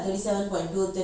ask them go back